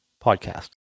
podcast